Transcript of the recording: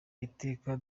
iteka